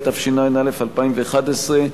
התשע"א 2011,